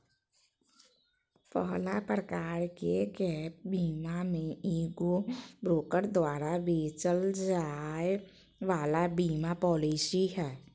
पहला प्रकार के गैप बीमा मे एगो ब्रोकर द्वारा बेचल जाय वाला बीमा पालिसी हय